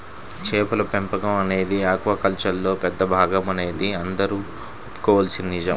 చేపల పెంపకం అనేది ఆక్వాకల్చర్లో పెద్ద భాగమనేది అందరూ ఒప్పుకోవలసిన నిజం